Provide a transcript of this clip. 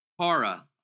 Para